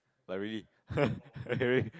like really really